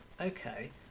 okay